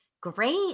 Great